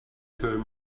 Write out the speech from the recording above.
turn